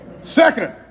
Second